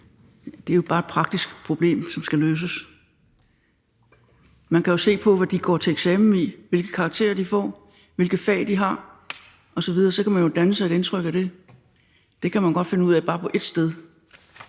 Det er jo bare et praktisk problem, som skal løses. Man kan jo se på, hvad de går til eksamen i, hvilke karakterer de får, hvilke fag de har osv., og så kan man jo danne sig et indtryk af det. Det kan man godt finde ud af bare på ét sted,